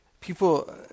people